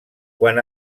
quan